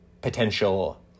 potential